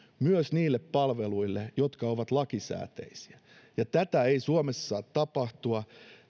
myös niille palveluille jotka ovat lakisääteisiä tätä ei suomessa saa tapahtua